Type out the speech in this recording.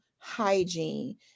Hygiene